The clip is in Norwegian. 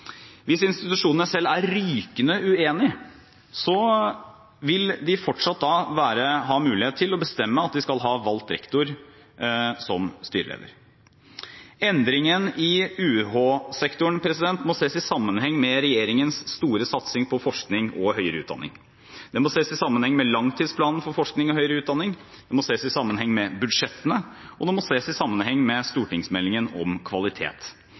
Hvis institusjonene selv er rykende uenig, vil de fortsatt ha mulighet til å bestemme at de skal ha valgt rektor som styreleder. Endringen i UH-sektoren må ses i sammenheng med regjeringens store satsing på forskning og høyere utdanning. Den må ses i sammenheng med langtidsplanen for forskning og høyere utdanning, den må ses i sammenheng med budsjettene, og den må ses i sammenheng med stortingsmeldingen om kvalitet.